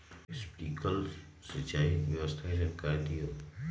Sprinkler सिंचाई व्यवस्था के जाकारी दिऔ?